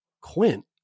Quint